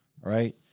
Right